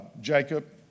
Jacob